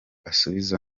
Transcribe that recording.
asubiza